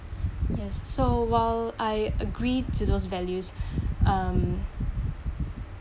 yes so while I agree to those values um